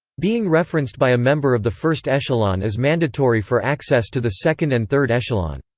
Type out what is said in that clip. being referenced by a member of the first echelon is mandatory for access to the second and third echelon.